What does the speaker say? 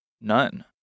none